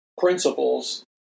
principles